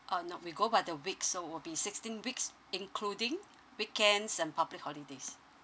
uh no we go by the weeks so will be sixteen weeks including weekends and public holidays